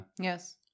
Yes